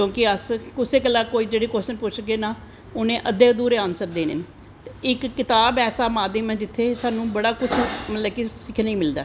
क्योंकि अस कुसै कोला दा कोई कव्शन पुछगे ना उनैं अध्दे अधूरे आंसर देनें न ते इक कताब ऐसा माध्म ऐ जित्थें साह्नू बड़ा कुश मतलव कि सिक्खनें गी मिलदा ऐ